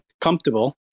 comfortable